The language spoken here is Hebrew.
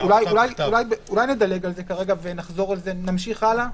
אז אני מציע שנדלג על זה ונחזור לזה מאוחר יותר,